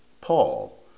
Paul